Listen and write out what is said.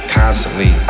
constantly